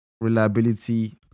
reliability